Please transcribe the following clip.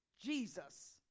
Jesus